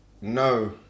no